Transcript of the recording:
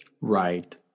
Right